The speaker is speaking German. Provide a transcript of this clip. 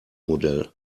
modell